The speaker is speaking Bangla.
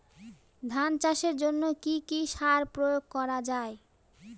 ধান চাষের জন্য কি কি সার প্রয়োগ করা য়ায়?